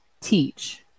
teach